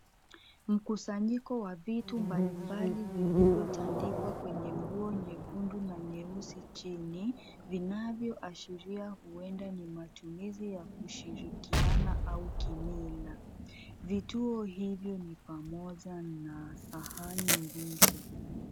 Mkusanyiko wa vitu mbalimbali vilivyotandikwa kwenye nguo nyekundu na nyeusi chini vinvyoashiria huenda ni matumizi ya kushirikiana au kimila. Vituo hivyo ni pamoja na Sahani mbili.